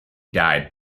died